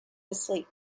asleep